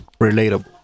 relatable